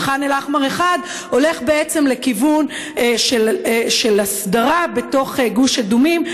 ח'אן אל-אחמר 1 הולך בעצם לכיוון של הסדרה בתוך גוש אדומים,